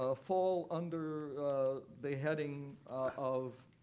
ah fall under the heading of